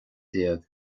déag